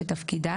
שתפקידה"